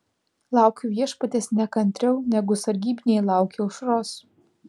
laukiu viešpaties nekantriau negu sargybiniai laukia aušros